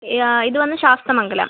യാ ഇത് വന്ന് ശാസ്തമംഗലം